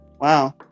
Wow